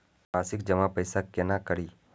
मासिक जमा पैसा केना करी?